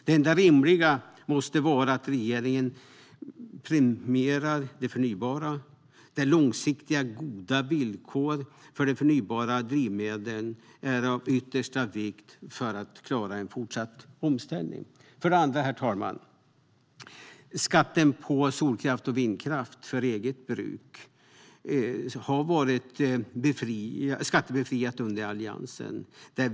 Det enda rimliga måste vara att regeringen premierar det förnybara, då långsiktiga och goda villkor för de förnybara drivmedlen är av yttersta vikt för att klara en fortsatt omställning. Herr talman! Solkraft och vindkraft för eget bruk var skattebefriat under Alliansens tid.